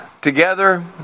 together